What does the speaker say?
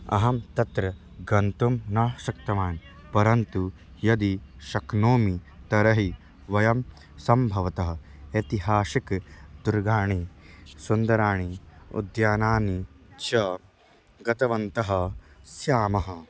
अहं तत्र गन्तुं न शक्तवान् परन्तु यदि शक्नोमि तर्हि वयं सम्भवतः ऐतिहासिकदुर्गाणि सुन्दराणि उद्यानानि च गतवन्तः स्याम